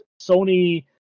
Sony